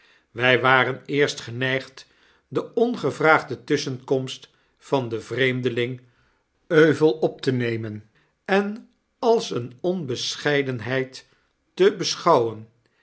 wij waren eerst geneigd de ongevraagde tusschenkomst van den vreemdeling euvel op te nemenenals eene onbescheidenheid te beschouwen